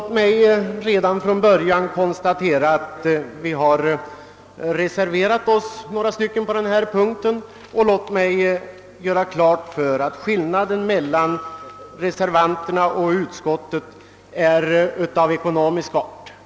Till punkten har fogats en reservation; skillnaden mellan reservanterna och utskottsmajoriteten är av ekonomisk art.